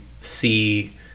see